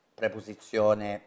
preposizione